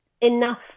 enough